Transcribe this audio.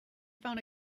found